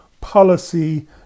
policy